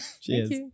Cheers